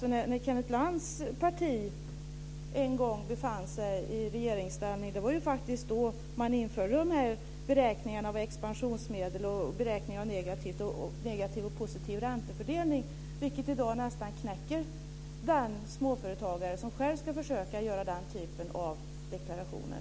Det var faktiskt när hans parti en gång befann sig i regeringsställning som man införde dessa beräkningar av expansionsmedel och beräkningar av negativ och positiv räntefördelning, vilket i dag nästan knäcker den småföretagare som själv ska försöka göra den typen av deklarationer.